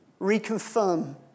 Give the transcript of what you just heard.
reconfirm